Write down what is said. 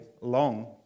long